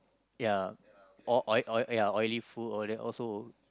ya all oil oil ya oily food all that also